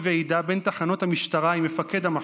ועידה בין תחנות המשטרה עם מפקד המחוז,